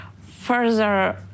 further